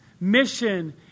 Mission